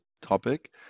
topic